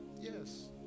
Yes